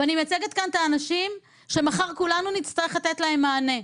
ואני מייצגת כאן את האנשים שמחר כולנו נצטרך לתת להם מענה,